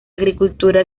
agricultura